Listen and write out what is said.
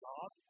God